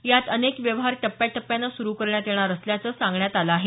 यात अनेक व्यवहार टप्प्याटप्प्यानं सुरू करण्यात येणार असल्याच सांगण्यात आलं आहे